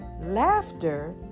laughter